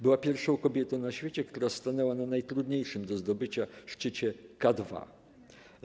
Była pierwszą kobietą na świecie, która stanęła na najtrudniejszym do zdobycia szczycie K2.